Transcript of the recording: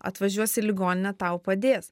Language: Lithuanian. atvažiuos į ligoninę tau padės